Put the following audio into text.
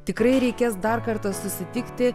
tikrai reikės dar kartą susitikti